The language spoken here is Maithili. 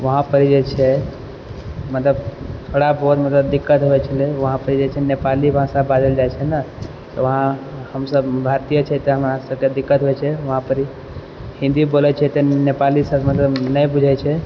वहाँपर जे छै मदति थोड़ा बहुत मदति दिक्कत होइ छलै वहाँ पर जे छै नेपाली भाषा बाजल जाइ छै ने वहाँ हमसब भारतीय छियै तऽ हमरा सबके दिक्कत होइ छै वहाँपर हिन्दी बोलै छै तऽ नेपाली सब मतलब नहि बुझै छै